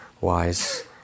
wise